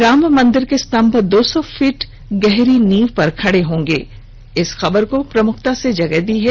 राम मंदिर के स्तंभ दो सौ फूट गहरी नींव पर खड़े होंगे की खबर को भी प्रमुखता से जगह दी है